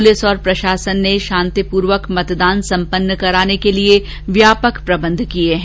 police और प्रशासन ने शांति पूर्व मतदान सम्पन्न कराने के लिए व्यापक प्रबंध किये हैं